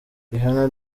rihanna